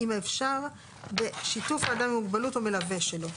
אם אפשר בשיתוף אדם עם מוגבלות או מלווה שלו.